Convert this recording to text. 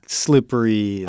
slippery